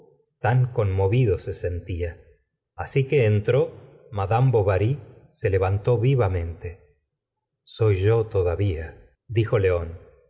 se sentía así que entró mad bovary se levantó vivamente soy yo todavialdijo león